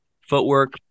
footwork